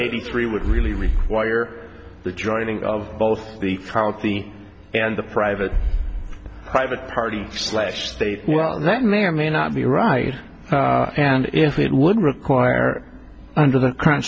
maybe three would really require the joining of both the policy and the private private party slash state well that may or may not be right and if it would require under the current